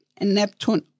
Neptune